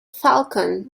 falcon